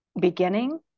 beginning